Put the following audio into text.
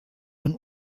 von